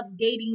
updating